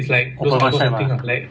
open concept ah